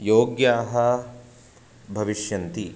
योग्याः भविष्यन्ति